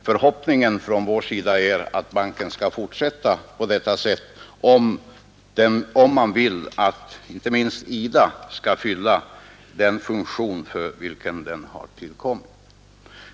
Förhoppningen från vår sida är att banken skall fortsätta på detta vis för att inte minst IDA skall kunna fylla den funktion för vilken IDA har tillkommit.